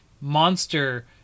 monster